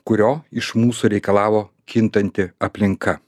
kurio iš mūsų reikalavo kintanti aplinka